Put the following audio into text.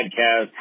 podcast